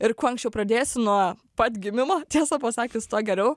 ir kuo anksčiau pradėsi nuo pat gimimo tiesą pasakius tuo geriau